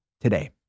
today